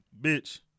bitch